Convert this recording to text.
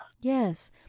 Yes